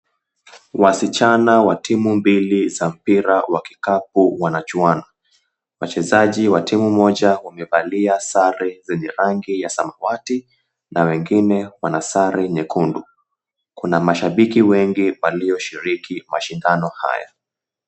Wasichana wa timu mbili za mpira wa kikapu wanachuana. Wachezaji wa timu moja wamevalia sare zenye rangi ya samawati na wengine wana sare nyekundu. Kuna mashabiki wengi walioshiriki mashindano haya.